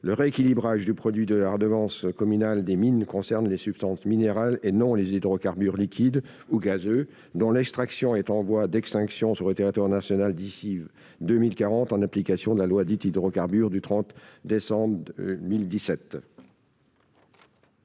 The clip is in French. le rééquilibrage du produit de la redevance communale des mines concerne les substances minérales et non les hydrocarbures liquides ou gazeux, dont l'extraction est en voie d'extinction sur le territoire national d'ici à 2040, en application de la loi du 30 décembre 2017